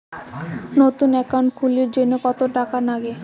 নতুন একাউন্ট খুলির জন্যে কত টাকা নাগে?